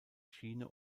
schiene